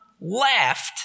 laughed